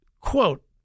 Quote